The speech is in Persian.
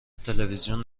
تلویزیون